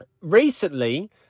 recently